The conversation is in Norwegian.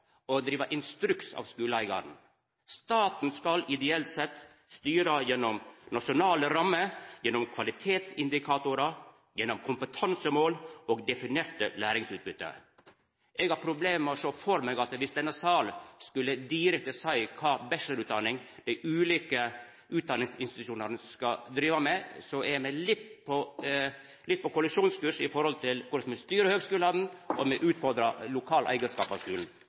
og driva instruks av skuleeigaren. Staten skal ideelt sett styra gjennom nasjonale rammer, gjennom kvalitetsindikatorar, gjennom kompetansemål og definerte læringsutbytte. Eg har problem med å sjå for meg at viss denne salen skulle direkte seia kva slag bachelorutdanning dei ulike utdanningsinstitusjonane skulle driva med, er me litt på kollisjonskurs i forhold til korleis me styrer høgskulane, og me utfordrar lokalt eigarskap av skulen.